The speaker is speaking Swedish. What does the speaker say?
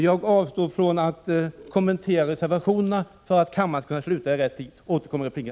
För att kammarens sammanträde skall kunna avbrytas i rätt tid avstår jag från att kommentera reservationerna.